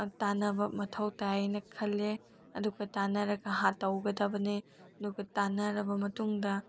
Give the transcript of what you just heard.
ꯇꯥꯟꯅꯕ ꯃꯊꯧ ꯇꯥꯏ ꯍꯥꯏꯅ ꯈꯜꯂꯦ ꯑꯗꯨꯒ ꯇꯥꯟꯅꯔꯒ ꯇꯧꯒꯗꯕꯅꯦ ꯑꯗꯨꯒ ꯇꯥꯟꯅꯔꯒ ꯃꯇꯨꯡꯗ